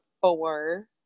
four